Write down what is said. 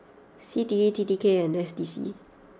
C T E T T K and S D C